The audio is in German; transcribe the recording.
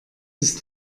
ist